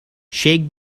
shake